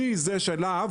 אני זה שלה"ב,